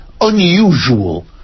unusual